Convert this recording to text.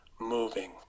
Moving